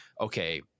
okay